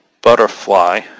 butterfly